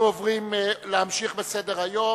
אנחנו ממשיכים בסדר-היום: